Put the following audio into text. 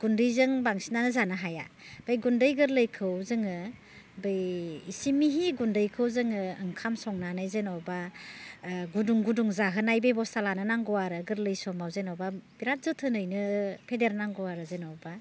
गुन्दैजों बांसिनानो जानो हाया बे गुन्दै गोरलैखौ जोङो बै एसे मिहि गुन्दैखौ जोङो ओंखाम संनानै जेनेबा गुदुं गुदुं जाहोनाय बेबस्था लानो नांगौ आरो गोरलै समाव जेनेबा बिराथ जोथोनैनो फेदेरनांगौ आरो जेनेबा